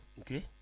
okay